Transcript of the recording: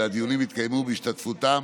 אלא הדיונים יתקיימו בהשתתפותם